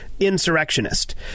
insurrectionist